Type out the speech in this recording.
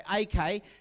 okay